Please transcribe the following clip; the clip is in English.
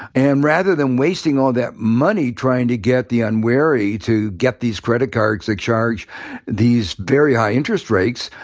and rather than wasting all that money trying to get the unwary to get these credit cards that charge these very high interest rates,